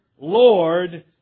Lord